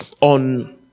on